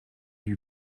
lui